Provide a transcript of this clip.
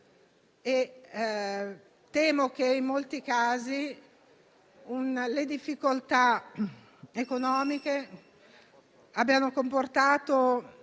Temo che in molti casi le difficoltà economiche abbiano comportato